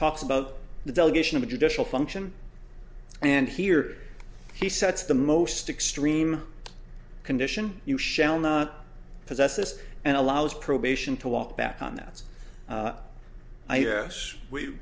talks about the delegation of judicial function and here he sets the most extreme condition you shall not possess this and allows probation to walk back on that's i yes we